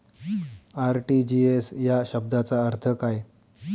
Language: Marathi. आर.टी.जी.एस या शब्दाचा अर्थ काय?